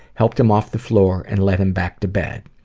helped him off the floor, and led him back to bed.